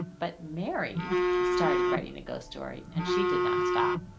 but mary started writing a ghost story and she did not stop